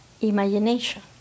imagination